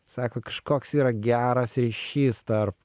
sako kažkoks yra geras ryšys tarp